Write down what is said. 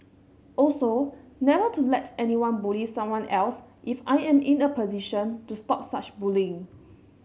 also never to let anyone bully someone else if I am in a position to stop such bullying